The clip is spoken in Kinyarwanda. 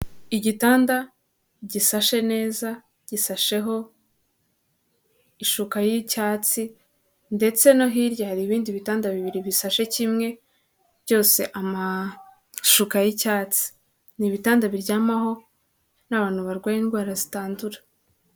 Igitanda gishashe neza, gishasheho ishuka y'icyatsi ndetse no hirya hari ibindi bitanda bibiri bishashe kimwe byose amashuka y'icyatsi, ni ibitanda biryamwaho n'abantu barwaye indwara zitandura.